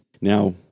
Now